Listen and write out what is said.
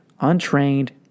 untrained